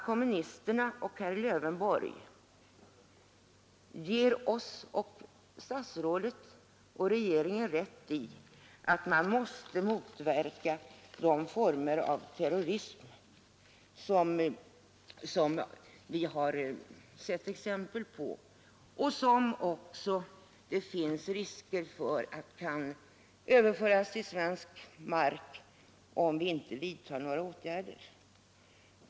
Kommunisterna och herr Lövenborg ger utskottet, statsrådet och regeringen rätt i att man måste motverka de former av terrorism som vi har sett exempel på och som vi riskerar kan överföras till svensk mark om vi inte vidtar några åtgärder.